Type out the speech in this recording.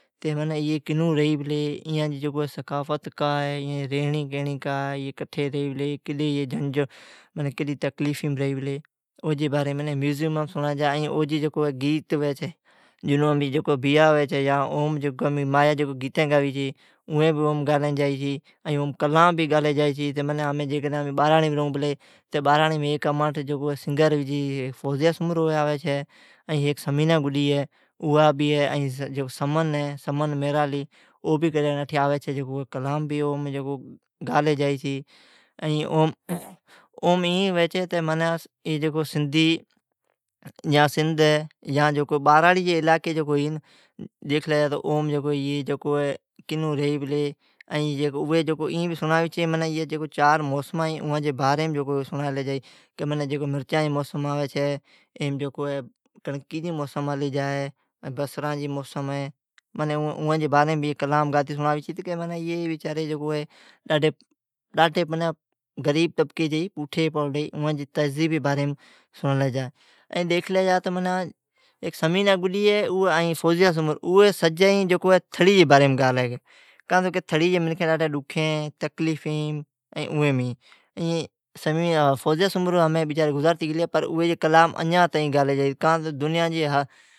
ائی کیوں رھی پلی۔ ائان جی ثقافت کا ھی۔ ایاں جی رھنڑی کھنڑی کا ھی۔ کڈی تکلیفیم رھی پلی۔ او جی باریم میوزم سنڑی چھی۔ جنو گیت ھوی چھی۔ گیتیں گاہی چھی۔ اوم کلام گالی جائی چھی۔ ھمی جکو بانرانڑھیم جکو فوزیہ سومرو، ثمینہ گڈی ھی، سمن میرالی او بی کڈھں کڈھں اٹھی آوی چھی۔ کلام گالی جائی چھی۔ اوم ایں ھوی چھی ، معنی سندھ سندھی گالی جا۔ باراڑی جی علاقی ھی کنوں رھی پلی۔ سنڑاوی چھی چار موسما چھی، سناڑلی جائی چھی۔ مرچاں جی موسم آوی چھی۔ کنڑکی جی موسم آلی جا۔ بصراں جی موسم ھی۔ ای جی باریم کلام گاہی چھی۔ غریب طبقی جی تھذیبی جی باریم سناڑلی جا چھی۔ ڈیکھلی جا تو ثمینھ گڈی ایں فوزیا سومرو تھڑی جہ باریم گیتیں گالی۔ کان تو تھڑی جی منکھیں تکلیفیم ھی، فوزیا سومرو گذارتی گلی ھی، اھی جی کلام اجان گالی جائی کاں تہ دنیام